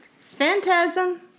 Phantasm